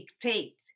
dictate